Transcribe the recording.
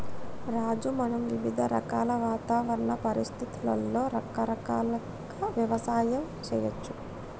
రాజు మనం వివిధ రకాల వాతావరణ పరిస్థితులలో రకరకాల యవసాయం సేయచ్చు